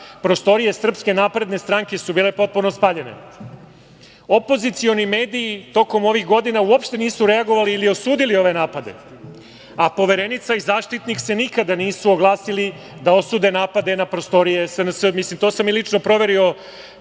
prostorije SNS su bile potpuno spaljene. Opozicioni mediji tokom ovih godina uopšte nisu reagovali ili osudili ove napade. Poverenica i Zaštitnik se nikada nisu oglasili da osude napade na prostorije SNS. To sam i lično proverio